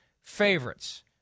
favorites